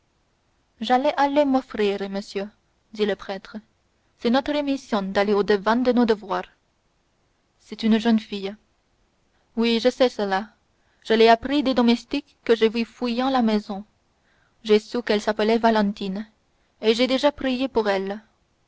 j'allais aller m'offrir monsieur dit le prêtre c'est notre mission d'aller au-devant de nos devoirs c'est une jeune fille oui je sais cela je l'ai appris des domestiques que j'ai vus fuyant la maison j'ai su qu'elle s'appelait valentine et j'ai déjà prié pour elle